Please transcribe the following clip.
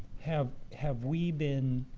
have have we been